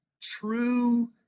true